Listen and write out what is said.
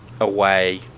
away